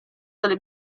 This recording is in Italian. nelle